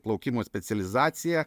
plaukimo specializaciją